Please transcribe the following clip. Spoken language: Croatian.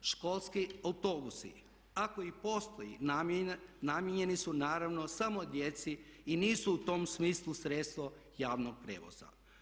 Školski autobusi ako i postoji namijenjeni su naravno samo djeci i nisu u tom smislu sredstvo javnog prijevoza.